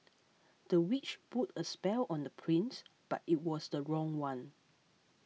the witch put a spell on the prince but it was the wrong one